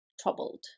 troubled